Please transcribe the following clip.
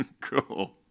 cool